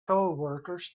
coworkers